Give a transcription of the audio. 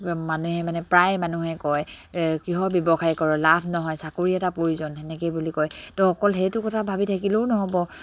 মানুহে মানে প্ৰায় মানুহে কয় কিহৰ ব্যৱসায় কৰ লাভ নহয় চাকৰি এটা প্ৰয়োজন সেনেকে বুলি কয় তো অকল সেইটো কথা ভাবি থাকিলেও নহ'ব